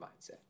mindset